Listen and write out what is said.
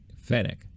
Fennec